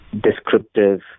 descriptive